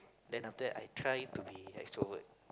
then after that I try to be extrovert